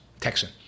Texan